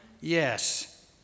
Yes